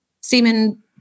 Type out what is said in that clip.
semen